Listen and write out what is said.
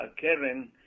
Karen